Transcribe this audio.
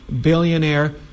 billionaire